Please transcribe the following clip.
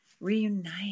reunite